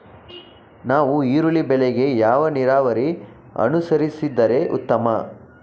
ನಾವು ಈರುಳ್ಳಿ ಬೆಳೆಗೆ ಯಾವ ನೀರಾವರಿ ಅನುಸರಿಸಿದರೆ ಉತ್ತಮ?